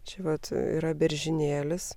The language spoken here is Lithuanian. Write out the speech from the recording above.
čia vat yra beržynėlis